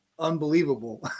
unbelievable